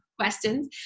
Questions